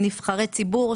נבחרי ציבור,